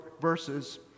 verses